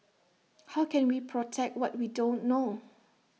how can we protect what we don't know